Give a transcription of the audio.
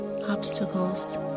obstacles